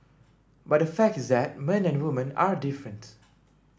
but the fact is that men and woman are different